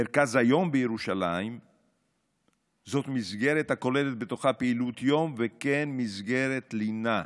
מרכז היום בירושלים הוא מסגרת הכוללת בתוכה פעילות יום וכן מסגרת לינה.